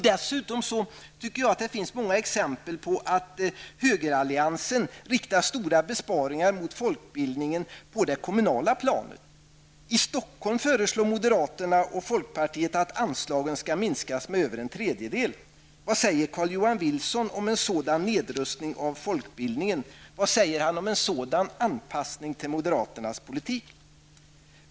Dessutom finns många exempel på att högeralliansen riktar stora besparingar mot folkbildningen på det kommunala planet. I Stockholm förelsår moderaterna och folkpartiet att anslagen skall minskas med över en tredjedel. Vad säger Carl-Johan Wilson om en sådan nedrustning av folkbildningen? Vad säger han om en sådan anpassning till moderaternas politik?